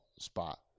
spot